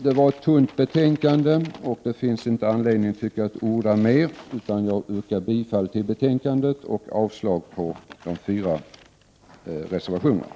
Det var ett tunt betänkandet, och jag tycker inte att det finns anledning att orda mer. Jag yrkar bifall till utskottets hemställan och avslag på de fyra reservationerna.